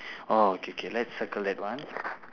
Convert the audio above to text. oh K K let's circle that one